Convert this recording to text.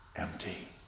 empty